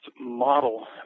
model